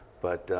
but